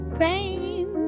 pain